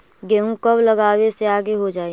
गेहूं कब लगावे से आगे हो जाई?